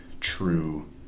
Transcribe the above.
true